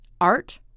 art